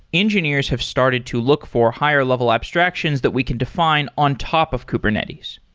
engineers have started to look for higher level abstractions that we can define on top of kubernetes.